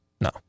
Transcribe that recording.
no